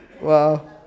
Wow